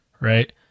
right